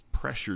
pressured